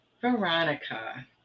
Veronica